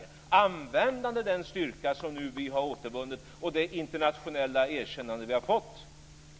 Vi ska använda den styrka som vi har återvunnit och det internationella erkännandet som vi har fått.